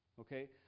Okay